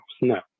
no